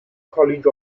college